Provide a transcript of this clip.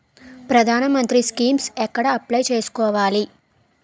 ప్రధాన మంత్రి స్కీమ్స్ ఎక్కడ అప్లయ్ చేసుకోవాలి?